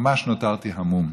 ממש נותרתי המום.